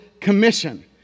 commission